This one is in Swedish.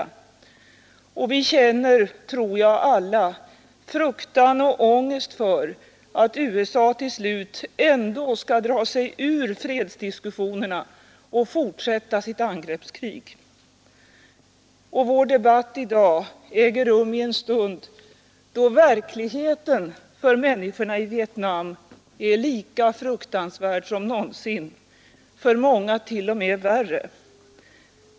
Vi känner fruktan och ångest för att USA till slut ändå skall dra sig ur fredsdiskussionerna och fortsätta sitt angreppskrig. Vår debatt i dag äger rum i en stund då verkligheten för människorna i Vietnam är lika fruktans ärd som någonsin, för många t.o.m. värre.